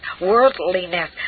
worldliness